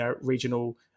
regional